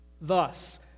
Thus